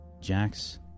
Jax